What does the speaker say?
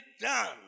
done